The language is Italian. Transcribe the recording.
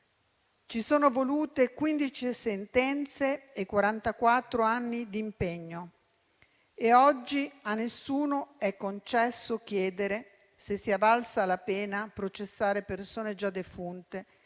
Ci sono volute quindici sentenze e quarantaquattro anni di impegno, e oggi a nessuno è concesso chiedere se sia valsa la pena processare persone già defunte